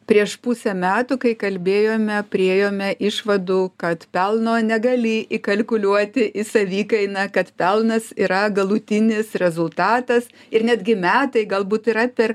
prieš pusę metų kai kalbėjome priėjome išvadų kad pelno negali įkalkuliuoti į savikainą kad pelnas yra galutinis rezultatas ir netgi metai galbūt yra per